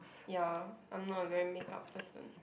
ya I'm not a very makeup person